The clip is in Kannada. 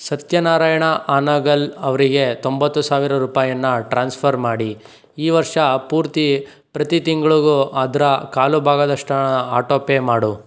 ಸತ್ಯನಾರಾಯಣ ಹಾನಗಲ್ ಅವರಿಗೆ ತೊಂಬತ್ತು ಸಾವಿರ ರೂಪಾಯನ್ನು ಟ್ರಾನ್ಸ್ಫರ್ ಮಾಡಿ ಈ ವರ್ಷ ಪೂರ್ತಿ ಪ್ರತಿ ತಿಂಗಳಿಗು ಅದರ ಕಾಲು ಭಾಗದಷ್ಟು ಆಟೋಪೇ ಮಾಡು